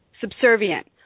subservient